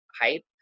hype